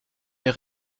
der